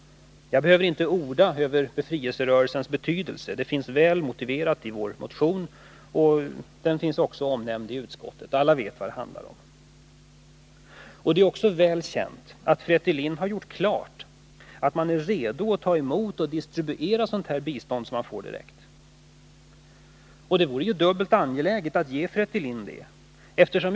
Jag å =; 7: [Internationellt behöver inte orda om befrielserörelsens betydelse. Vår motion är väl ”§; S Er -. utvecklingssamarmotiverad på den punkten, och befrielserörelsen är också omnämnd i Bele nisi utskottsbetänkandet — alla vet vad det handlar om. Det är också välkänt att Fretilin har gjort klart att man är redo att ta emot och distribuera sådant bistånd som man får direkt. Och det vore dubbelt angeläget att ge Fretilin bistånd.